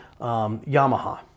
Yamaha